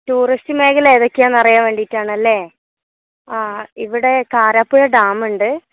tourist മേഖല ഏതൊക്കെയാണെന്ന് അറിയാൻ വേണ്ടിയിട്ടാണല്ലേ ആ ഇവിടെ കാരാപ്പുഴ ഡാമുണ്ട്